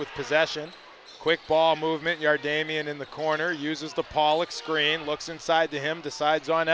with possession quick ball movement yard damien in the corner uses the pawlak screen looks inside to him decides on